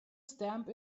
stamp